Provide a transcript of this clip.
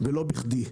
ולא בכדי.